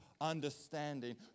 understanding